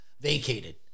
vacated